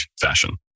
fashion